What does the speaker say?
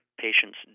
patients